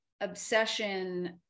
obsession